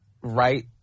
Right